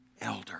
elder